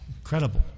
incredible